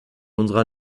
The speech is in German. unserer